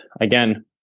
again